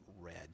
red